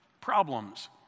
problems